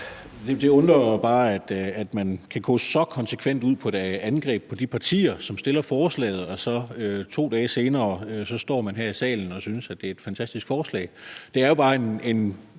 Det undrer mig bare, at man kan gå så konsekvent til angreb på de partier, som fremsætter forslaget, og 2 dage senere står man her i salen og synes, at det er et fantastisk forslag. Det er jo bare en